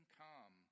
come